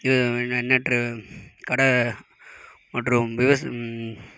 எண்ணற்ற கடை மற்றும்